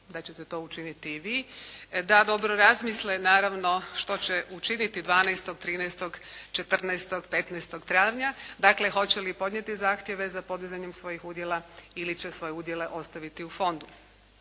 da ćete to učiniti i vi, da dobro razmisle naravno što će učiniti 12., 13., 14., 15. travnja, dakle hoće li podnijeti zahtjeve za podizanjem svojih udjela ili će svoje udjele ostaviti u fondu.